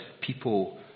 people